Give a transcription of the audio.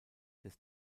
des